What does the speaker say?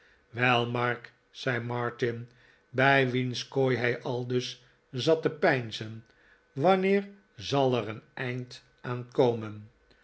mark zei martin bij wiens kooi hij aldus zat te peinzen wanneer zal er een eind aan komen